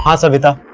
ah savita.